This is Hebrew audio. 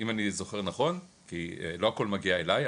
אם אני זוכר נכון כי לא הכול מגיע אליי,